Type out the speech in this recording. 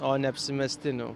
o ne apsimestinių